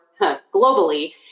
globally